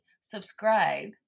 subscribe